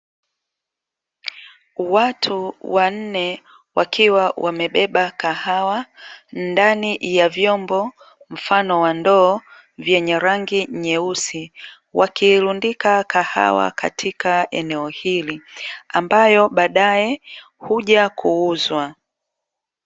Watu wanne wakiwa wamebeba kahawa ndani ya vyombo mfano wa ndoo vyenye rangi nyeusi, wakiilundika kahawa katika eneo hili ambayo baadae huja kuuzwa.